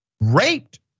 raped